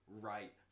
right